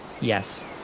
Yes